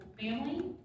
family